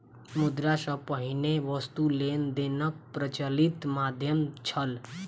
मुद्रा सॅ पहिने वस्तु लेन देनक प्रचलित माध्यम छल